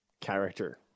character